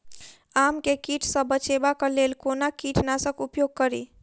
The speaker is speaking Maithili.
आम केँ कीट सऽ बचेबाक लेल कोना कीट नाशक उपयोग करि?